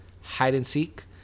hide-and-seek